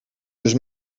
dus